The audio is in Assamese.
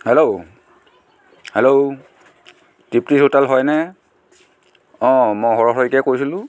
হেল্ল' হেল্ল' তৃপ্তিজ হোটেল হয়নে অ' মই হৰ শইকীয়াই কৈছিলোঁ